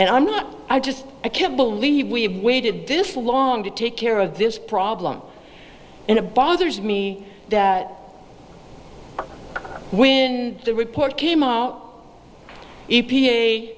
and i'm not i just i can't believe we've waited this long to take care of this problem in a bothers me that when the report came out